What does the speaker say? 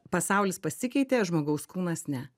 pasaulis pasikeitė žmogaus kūnas ne